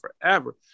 forever